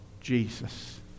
Jesus